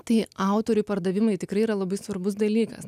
tai autorių pardavimai tikrai yra labai svarbus dalykas